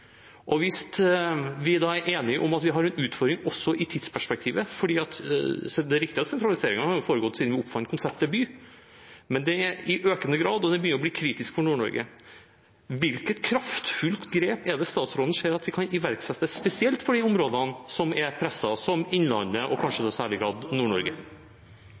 Hvis vi da er enige om at vi har en utfordring også i tidsperspektivet – det er riktig at sentraliseringen har foregått siden vi oppfant konseptet by, men det er i økende grad, og det begynner å bli kritisk for Nord-Norge – hvilket kraftfullt grep er det statsråden ser at vi kan iverksette spesielt for de områdene som er presset, som Innlandet og kanskje da i særlig